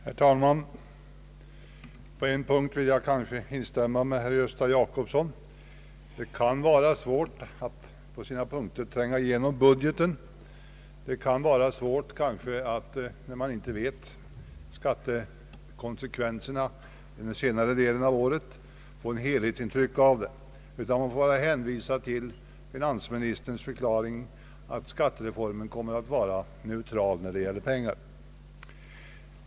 Herr talman! På en punkt vill jag instämma med herr Gösta Jacobsson. Det kan på vissa punkter vara svårt att tränga igenom budgeten. Det kan vara svårt att få ett helhetsintryck av skatteförslaget när man inte vet konsekvenserna, utan man får vara hänvisad till finansiministerns förklaring att skattereformen kommer att vara neutral när det gäller pengar.